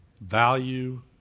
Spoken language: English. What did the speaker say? value